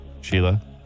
Sheila